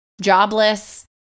jobless